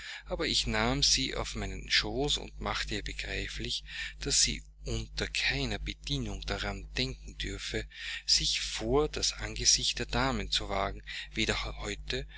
aber ich nahm sie auf meinen schoß und machte ihr begreiflich daß sie unter keiner bedingung daran denken dürfe sich vor das angesicht der damen zu wagen weder heute